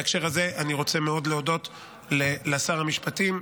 בהקשר הזה אני רוצה מאוד להודות לשר המשפטים,